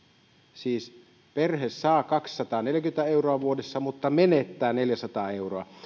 siis perhe saa kaksisataaneljäkymmentä euroa vuodessa mutta menettää neljäsataa euroa